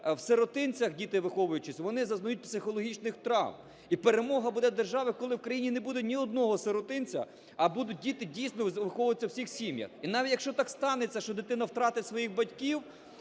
в сиротинцях діти, виховуючись, вони зазнають психологічних травм, і перемога буде держави, коли в країні не буде ні одного сиротинця, а будуть діти, дійсно, виховуватися в цих сім'ях. І навіть якщо так станеться, що дитина втратить своїх батьків,